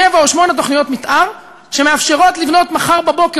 שבע או שמונה תוכניות מתאר שמאפשרות לבנות מחר בבוקר,